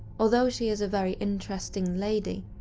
although she is a very interesting lady,